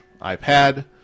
iPad